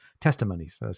Testimonies